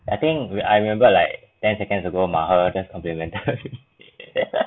I think we I remember like ten seconds ago me he just complimented me